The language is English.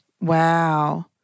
Wow